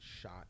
shot